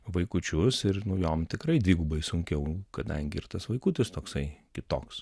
vaikučius ir nu jom tikrai dvigubai sunkiau kadangi ir tas vaikutis toksai kitoks